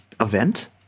event